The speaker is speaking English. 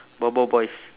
boboiboys